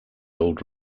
old